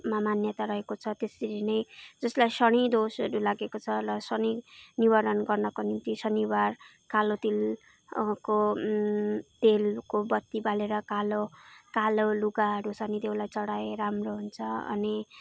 मान्यता रहेको छ त्यसरी नै जसलाई शनि दोषहरू लागेको छ र शनि निवारण गर्नको निम्ति शनिवार कालो तिलको तेलको बत्ती बालेर कालो कालो लुगाहरू शनिदेवलाई चढाए राम्रो हुुन्छ अनि